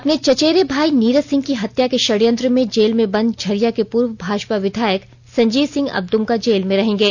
अपने चचेरे भाई नीरज सिंह की हत्या के षडयंत्र में जेल में बंद झरिया के पूर्व भाजपा विधायक संजीव सिंह अब दुमका जेल में रहेंगे